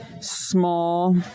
small